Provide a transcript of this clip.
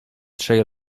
trzej